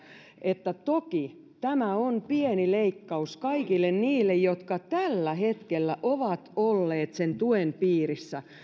että toki tämä on pieni leikkaus kaikille niille jotka tällä hetkellä ovat olleet sen tuen piirissä